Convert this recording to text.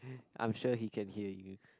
I'm sure he can hear you